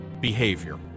behavior